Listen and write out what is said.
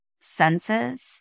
senses